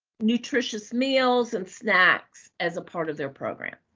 nutritious meals and snacks as a part of their program.